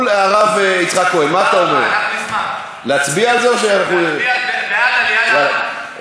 עד שנהיה מעניין,